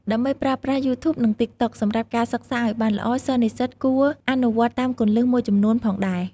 ដើម្បីប្រើប្រាស់ យូធូប និង តិកតុក សម្រាប់ការសិក្សាឲ្យបានល្អ សិស្សនិស្សិតគួរអនុវត្តតាមគន្លឹះមួយចំនួនផងដែរ។